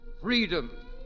Freedom